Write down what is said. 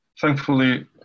thankfully